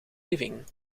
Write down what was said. living